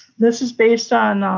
this is based on,